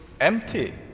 empty